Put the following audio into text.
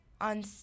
on